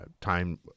time